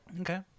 Okay